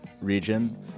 region